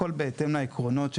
הכול בהתאם לעקרונות שקבעו,